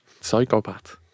Psychopath